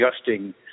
adjusting